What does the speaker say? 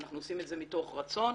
אנחנו עושים את זה מתוך רצון,